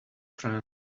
friend